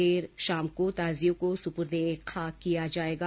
देर शाम को ताजियों को सुपुई ए खाक किया जायेगा